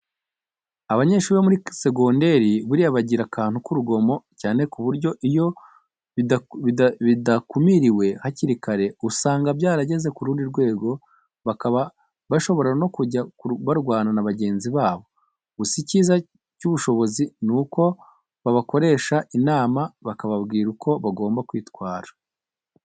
Abanyeshuri bo muri segonderi buriya bagira akantu k'urugomo cyane ku buryo iyo bidakumiriwe hakiri kare usanga byarageze ku rundi rwego bakaba bashobora no kujya barwana na bagenzi babo. Gusa icyiza cy'ubuyobozi ni uko babakoresha inama bakababwira uko bagomba kwitwara.